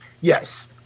Yes